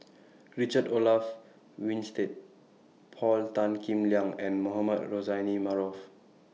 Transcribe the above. Richard Olaf Winstedt Paul Tan Kim Liang and Mohamed Rozani Maarof